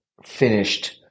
finished